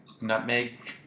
nutmeg